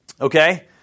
Okay